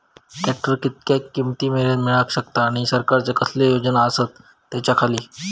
Tractor कितक्या किमती मरेन मेळाक शकता आनी सरकारचे कसले योजना आसत त्याच्याखाती?